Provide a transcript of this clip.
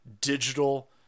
digital